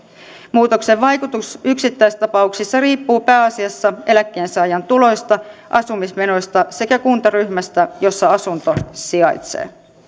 muutoksen vaikutus yksittäistapauksissa riippuu pääasiassa eläkkeensaajan tuloista asumismenoista sekä kuntaryhmästä jossa asunto sijaitsee